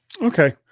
Okay